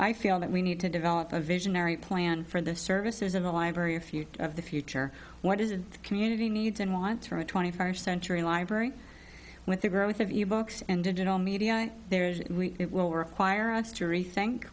i feel that we need to develop a visionary plan for the services in the library a few of the future what does a community needs and wants from a twenty first century library with the growth of e books and digital media and there it will require us to rethink